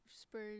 spurs